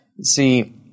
See